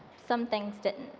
some things didn't.